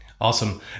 Awesome